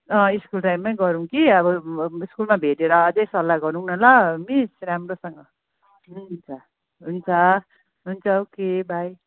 अँ स्कुल टाइममै गरौँ कि अब स्कुलमा भेटेर अझै सल्लाह गरौँ ल मिस राम्रोसँग हुन्छ हुन्छ हुन्छ ओके बाई